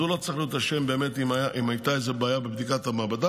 אז הוא לא צריך להיות אשם באמת אם הייתה איזו בעיה בבדיקת המעבדה,